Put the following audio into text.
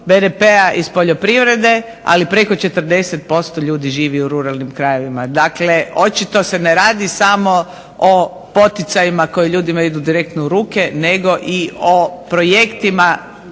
BDP-a iz poljoprivrede, ali preko 40% ljudi živi u ruralnim krajevima. Dakle, očito se ne radi samo o poticajima koji ljudima idu direktno u ruke nego i projektima